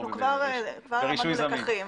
כבר למדנו לקחים.